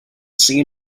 seen